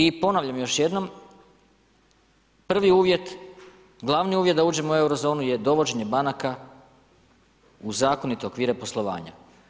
I ponavljam još jednom, prvi uvjet, glavni uvjet da uđemo u Eurozonu je dovođenje banaka u zakonite okvire poslovanja.